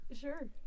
sure